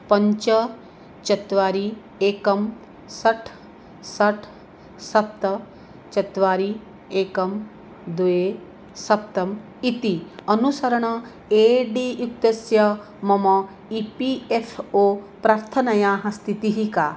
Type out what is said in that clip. पञ्च चत्वारि एकं षट् षट् सप्त चत्वारि एकं द्वे सप्त इति अनुसरणे ए डी युक्तस्य मम इ पी एफ़् ओ प्रार्थनायाः स्थितिः का